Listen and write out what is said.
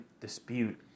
dispute